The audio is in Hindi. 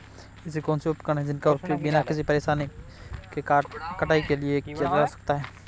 ऐसे कौनसे उपकरण हैं जिनका उपयोग बिना किसी परेशानी के कटाई के लिए किया जा सकता है?